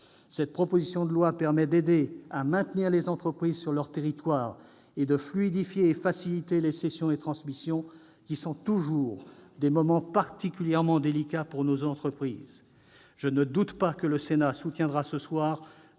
Cette proposition de loi permettra d'aider à maintenir les entreprises sur leur territoire et de fluidifier et faciliter les cessions et transmissions, qui sont toujours des moments particulièrement délicats pour nos entreprises. Je ne doute pas que le Sénat soutiendra ce soir